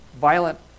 violent